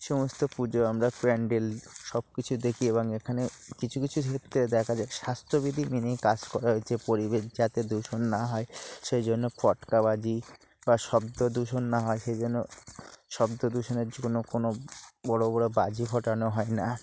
সমস্ত পুজো আমরা প্যান্ডেল সব কিছু দেখি এবং এখানে কিছু কিছু ক্ষেত্রে দেখা যায় স্বাস্থ্যবিধি মেনে কাজ করার যে পরিবেশ যাতে দূষণ না হয় সেই জন্য পটকা বাজি বা শব্দদূষণ না হয় সেই জন্য শব্দদূষণের জন্য কোনো বড় বড় বাজি ফাটানো হয় না